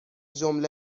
جمله